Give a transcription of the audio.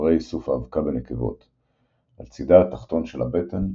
איברי איסוף האבקה בנקבות – על צידה התחתון של הבטן,